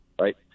Right